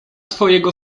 twojego